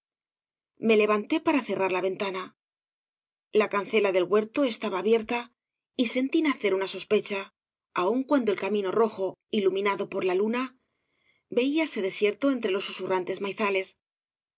me levanté para cerrar la ventana la cancela del huerto estaba abierta y sentí obras de valle inclan nacer una sospecha aun cuando el camino rojo iluminado por la luna veíase desierto entre los susurrantes maizales